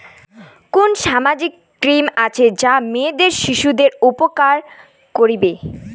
কুন সামাজিক স্কিম আছে যা মেয়ে শিশুদের উপকার করিবে?